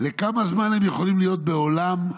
"לכמה זמן הם יכולים להיות בעולם,